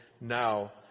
now